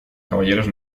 caballeros